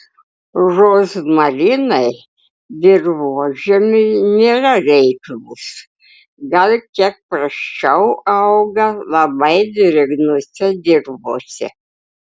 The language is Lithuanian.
rozmarinai dirvožemiui nėra reiklūs gal kiek prasčiau auga labai drėgnose dirvose